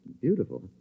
Beautiful